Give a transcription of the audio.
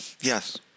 Yes